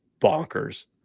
bonkers